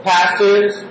Pastors